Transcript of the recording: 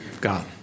God